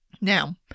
Now